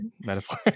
metaphor